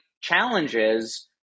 challenges